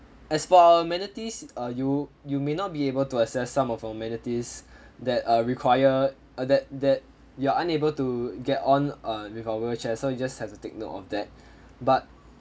as for our amenities err you you may not be able to access some of our amenities that uh require uh that that you are unable to get on uh with a wheelchair so you just have to take note of that but